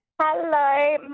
Hello